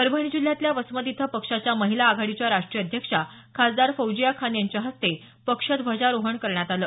परभणी जिल्ह्यातल्या वसमत इथं पक्षाच्या महिला आघाडीच्या राष्ट्रीय अध्यक्षा खासदार फौजिया खान यांच्या हस्ते पक्ष ध्वजारोहण करण्यात आलं